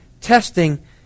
testing